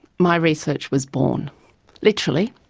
my research was born literally,